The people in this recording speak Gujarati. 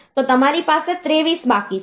તો તમારી પાસે 23 બાકી છે